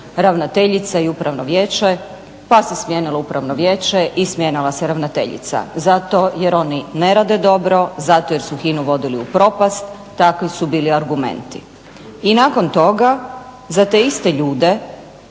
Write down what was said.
ravnateljica i Upravno vijeće pa se smijenilo Upravno vijeće i smijenila se ravnateljica zato jer oni ne rade dobro, zato jer su HINA-u vodili u propast. Takvi su bili argumenti. I nakon toga za ste iste ljude